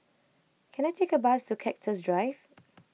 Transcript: can I take a bus to Cactus Drive